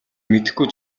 мэдэхгүй